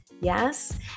Yes